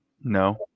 No